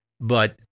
But-